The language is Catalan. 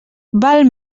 val